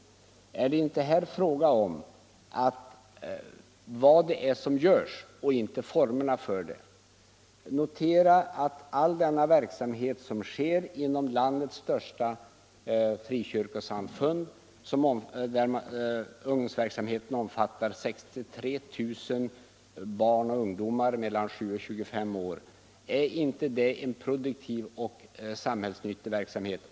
Här är det väl ändå fråga om vad som görs och inte om formerna för det. Notera all den verksamhet som bedrivs inom landets största frikyrkosamfund, där ungdomsverksamheten omfattar 63 000 barn och ungdomar mellan 7 och 25 år! Är inte det en produktiv och samhällsnyttig verksamhet?